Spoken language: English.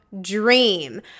dream